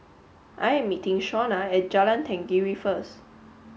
I am meeting Shawnna at Jalan Tenggiri first